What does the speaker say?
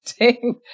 ding